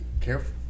Careful